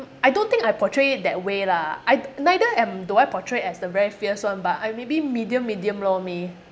I don't think I portray it that way lah I neither am do I portray as the very fierce one but I maybe medium medium lor me